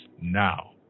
now